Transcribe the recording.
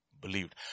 believed